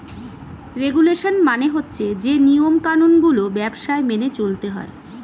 regulation মানে হচ্ছে যে নিয়ম কানুন গুলো ব্যবসায় মেনে চলতে হয়